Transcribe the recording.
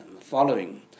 following